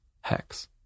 Hex